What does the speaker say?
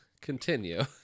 continue